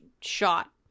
shot